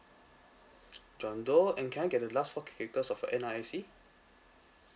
john doe and can I get the last four characters of your N_R_I_C